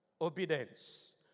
obedience